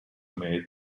made